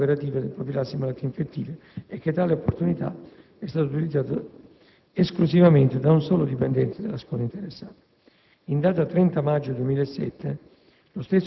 dell'unità operativa profilassi malattie infettive e che tale opportunità è stata utilizzata esclusivamente da un solo dipendente della scuola interessata. In data 30 maggio 2007,